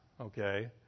okay